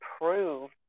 prove